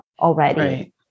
already